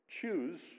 choose